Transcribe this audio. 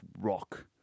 rock